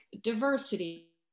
diversity